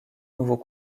nouveaux